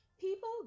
People